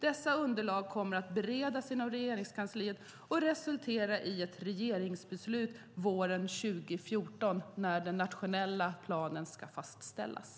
Dessa underlag kommer att beredas inom Regeringskansliet och resultera i ett regeringsbeslut våren 2014 när den nationella planen ska fastställas.